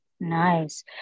Nice